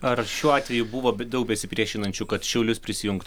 ar šiuo atveju buvo daug besipriešinančių kad šiaulius prisijungt